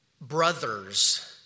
brothers